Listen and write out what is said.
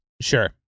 Sure